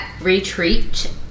Retreat